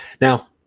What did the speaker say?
Now